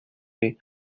the